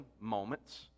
moments